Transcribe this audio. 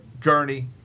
gurney